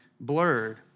blurred